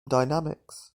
dynamics